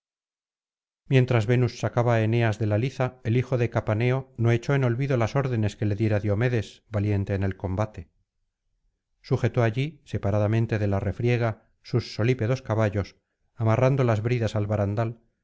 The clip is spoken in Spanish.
mientras venus sacaba á eneas de la liza el hijo de capaneo no echó en olvido las órdenes que le diera diomedes valiente en el combate sujetó allí separadamente de la refriega sus solípedos caballos amarrando las bridas al barandal